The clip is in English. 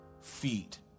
feet